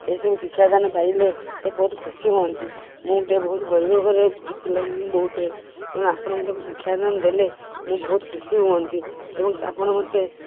ସେଇସବୁ ଶିକ୍ଷାଦାନ ପାଇଲେ ସେ ବହୁତ ଖୁସି ହୁଅନ୍ତି ମୁଁ ଗୋଟେ ବହୁତ ଗରିବ ଘର ବୋହୂଟେ ତେଣୁ ଆପଣ ତାକୁ ଶିକ୍ଷାଦାନ ଦେଲେ ମୁଁ ବହୁତ ଖୁସି ହୁଅନ୍ତି ଏବଂ ଆପଣ ମୋତେ